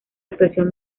actuación